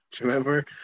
remember